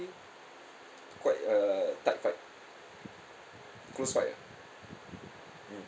quite uh tight fight close fight ah mm